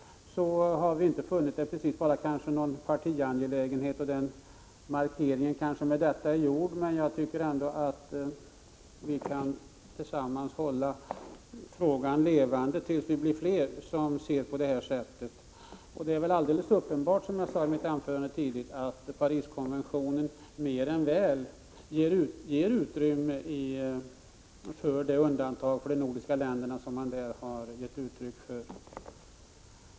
Det framgår alldeles klart att det inte rör sig om någon partiangelägenhet, och den markeringen är härmed gjord. Men jag tycker ändå att vi kan hålla frågan levande tills vi blir fler som ser saken på detta sätt. Som jag sade i mitt tidigare anförande är det uppenbart att Pariskonventionen mer än väl ger utrymme för det undantag för de nordiska länderna som det talats om.